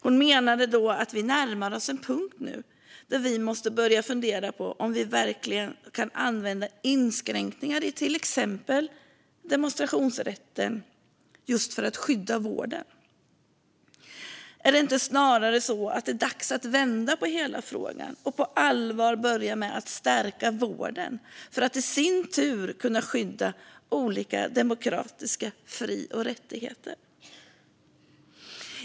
Hon menade att vi nu närmar oss en punkt där vi måste börja fundera på om vi verkligen kan använda inskränkningar i till exempel demonstrationsrätten just för att skydda vården. Är det inte snarare så att det är dags att vända på hela frågan och på allvar börja med att stärka vården för att man i sin tur ska kunna skydda olika demokratiska fri och rättigheter?